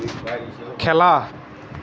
খেলা